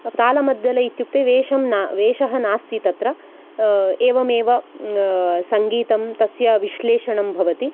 तालमद्दले इत्युक्ते वेषं न वेषः नास्ति तत्र एवमेव सङ्गीतं तस्य विश्लेषणं भवति